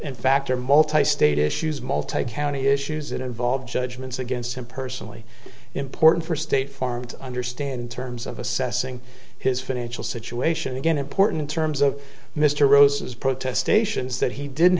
in fact are multi state issues multi county issues that involve judgments against him personally important for state farm to understand in terms of assessing his financial situation again important in terms of mr rose's protestations that he didn't